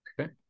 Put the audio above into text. Okay